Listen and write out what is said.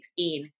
2016